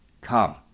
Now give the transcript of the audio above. Come